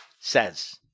says